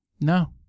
No